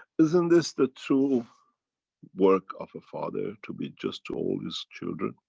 isn't this the true work of a father? to be just to all his children.